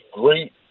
great